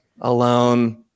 alone